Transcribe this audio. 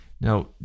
Now